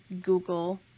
Google